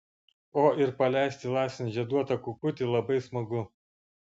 o ir paleisti laisvėn žieduotą kukutį labai smagu